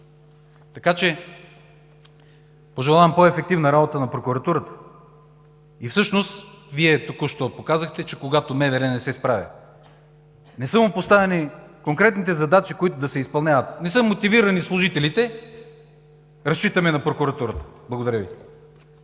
така че пожелавам по-ефективна работа на прокуратурата. Всъщност Вие току-що показахте, че когато МВР не се справя, не са му поставени конкретните задачи, които да се изпълняват, не са мотивирани служителите му, разчитаме на прокуратурата. Благодаря Ви.